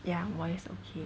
ya 我 is okay